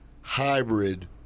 hybrid